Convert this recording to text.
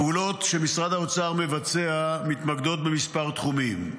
הפעולות שמשרד האוצר מבצע מתמקדות בכמה תחומים: